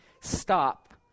stop